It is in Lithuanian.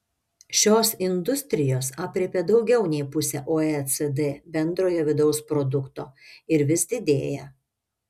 šios industrijos aprėpia daugiau nei pusę oecd bendrojo vidaus produkto ir vis didėja